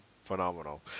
Phenomenal